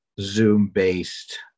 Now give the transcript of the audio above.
Zoom-based